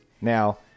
Now